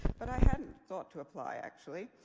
but i hadn't thought to apply actually.